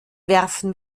werfen